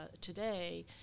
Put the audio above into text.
today